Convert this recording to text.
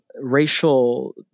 racial